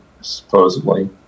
supposedly